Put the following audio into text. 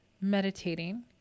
meditating